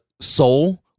Soul